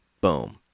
Boom